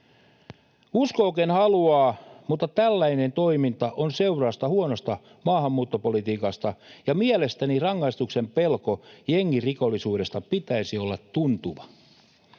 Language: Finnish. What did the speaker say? Uskoo ken haluaa, mutta tällainen toiminta on seurausta huonosta maahanmuuttopolitiikasta. Mielestäni rangaistuksen pelon jengirikollisuudesta pitäisi olla tuntuva.